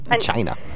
China